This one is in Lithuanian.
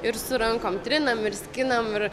ir su rankom trinam ir skinam ir